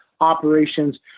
operations